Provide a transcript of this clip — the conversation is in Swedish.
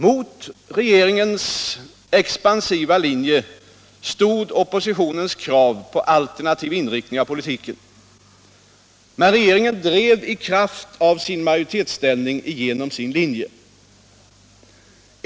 Mot regeringens expansiva linje stod oppositionens krav på en alternativ inriktning av politiken. Men regeringen drev i kraft av sin majoritetsställning igenom sin linje.